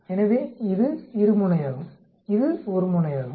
எனவே இது இருமுனையாகும் இது ஒருமுனையாகும்